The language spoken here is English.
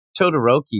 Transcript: Todoroki